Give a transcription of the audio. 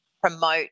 promote